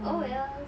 oh wells